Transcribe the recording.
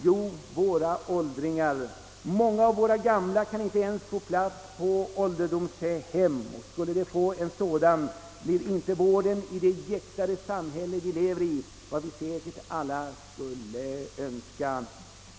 Jo, våra åldringar. Många av de gamla kan inte ens få en plats på ålderdomshem, och skulle de få en sådan blir inte vården i det jäktade samhälle vi lever i vad vi alla säkert skulle önska.